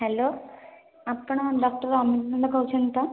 hello ଆପଣ doctor Anup Nanda କହୁଛନ୍ତି ତ